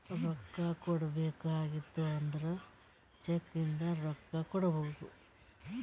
ರೊಕ್ಕಾ ಕೊಡ್ಬೇಕ ಆಗಿತ್ತು ಅಂದುರ್ ಚೆಕ್ ಇಂದ ರೊಕ್ಕಾ ಕೊಡ್ಬೋದು